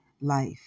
life